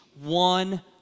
one